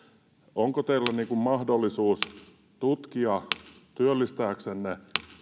onko teillä mahdollisuus tutkia työllistääksenne